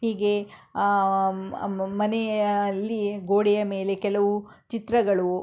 ಹೀಗೆ ಮನೆಯಲ್ಲಿ ಗೋಡೆಯ ಮೇಲೆ ಕೆಲವು ಚಿತ್ರಗಳು